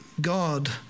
God